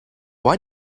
why